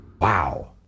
Wow